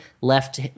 left